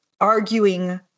arguing